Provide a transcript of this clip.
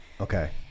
Okay